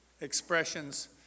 expressions